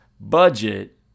budget